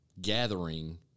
gathering